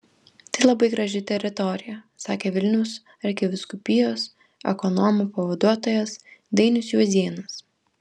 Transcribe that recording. tai labai graži teritorija sakė vilniaus arkivyskupijos ekonomo pavaduotojas dainius juozėnas